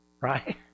right